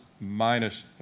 minus